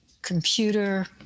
computer